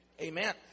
Amen